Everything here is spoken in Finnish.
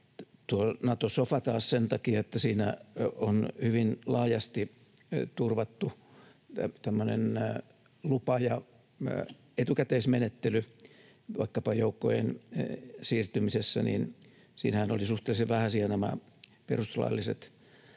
Nato-sofa taas sen takia, että siinä on hyvin laajasti turvattu tämmöinen lupa- ja etukäteismenettely vaikkapa joukkojen siirtymisessä: siinähän olivat suhteellisen vähäisiä nämä perustuslailliset kohdat,